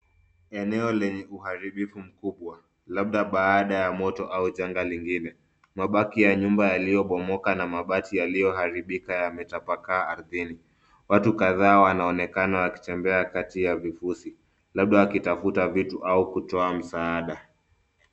Ni eneo lenye uharibifu mkubwa, labda baada ya moto au janga lingine. Mabaki ya nyumba yaliyobomoka na mabati yaliyoharibika yametapakaa ardhini. Watu kadhaa wanaonekana wakitembea kati ya vifusi, labda wakitafuta vitu au kutoa msaada.